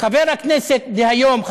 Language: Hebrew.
חבר הכנסת דהיום,